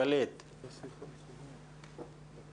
עד שנסדר את הבעיה אנחנו